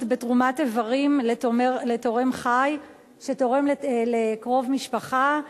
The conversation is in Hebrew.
בתרומת איברים לתורם חי שתורם לקרוב משפחה,